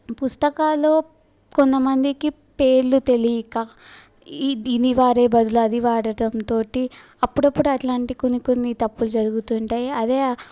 పుస్తకాలలో కొంత మందికి పేర్లు తెలియక ఈ దీని వాడే బదులు అది వాడటంతో అప్పుడపుడు అలాంటి కొన్ని కొన్ని తప్పులు జరుగుతు ఉంటాయి అదే